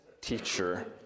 teacher